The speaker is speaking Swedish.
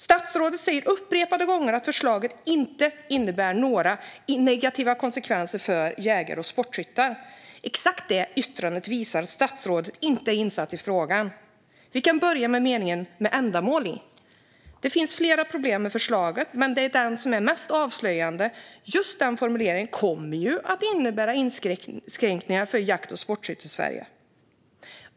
Statsrådet säger upprepade gånger att förslaget inte innebär några negativa konsekvenser för jägare och sportskyttar. Exakt det yttrandet visar att statsrådet inte är insatt i frågan. Vi kan börja med meningen som innehåller ordet ändamål. Det finns flera problem med förslaget, men det är denna mening som är mest avslöjande. Just denna formulering kommer att innebära inskränkningar för jakt och sportskytte i Sverige.